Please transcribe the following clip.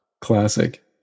classic